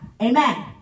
Amen